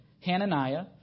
Hananiah